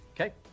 Okay